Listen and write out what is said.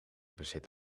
bezit